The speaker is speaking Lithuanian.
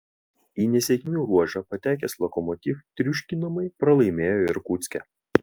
į nesėkmių ruožą patekęs lokomotiv triuškinamai pralaimėjo irkutske